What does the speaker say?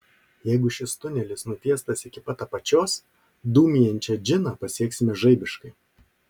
jeigu šis tunelis nutiestas iki pat apačios dūmijančią džiną pasieksime žaibiškai